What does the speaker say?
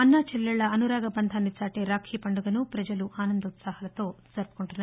అన్నా చెల్లెళ్ల అనురాగ బంధాన్ని చాటే రాఖీ పండగను పజలు ఆనందోత్సహాలతో జరుపుకుంటున్నారు